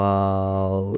Wow